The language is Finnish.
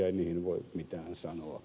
ei niihin voi mitään sanoa